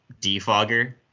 defogger